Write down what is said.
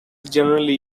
generally